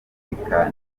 republika